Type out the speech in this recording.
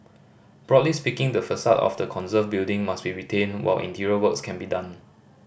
broadly speaking the facade of the conserved building must be retained while interior works can be done